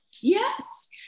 Yes